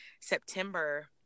September